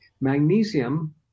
magnesium